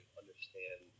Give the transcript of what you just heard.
understand